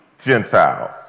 Gentiles